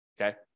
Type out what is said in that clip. okay